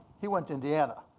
he went to indiana.